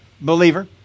believer